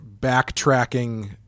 backtracking